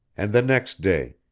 and the next day,